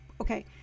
Okay